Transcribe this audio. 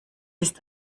ist